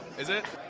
is it?